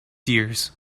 years